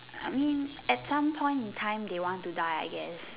I mean at some point in time they want to die I guess